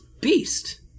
beast